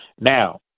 Now